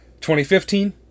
2015